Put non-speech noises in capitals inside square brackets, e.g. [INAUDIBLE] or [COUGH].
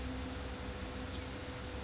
mm [LAUGHS]